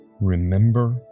Remember